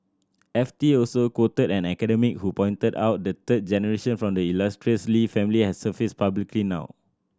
F T also quoted an academic who pointed out the third generation from the illustrious Lee family has surfaced publicly now